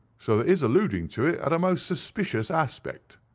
so that his alluding to it had a most suspicious aspect.